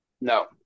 No